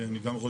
קודם כול,